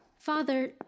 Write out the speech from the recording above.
Father